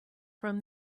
from